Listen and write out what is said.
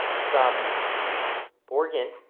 from oregon.